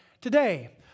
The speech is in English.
today